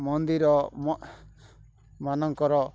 ମନ୍ଦିର ମାନଙ୍କର